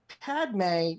Padme